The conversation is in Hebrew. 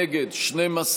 נגד, 12,